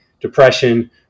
depression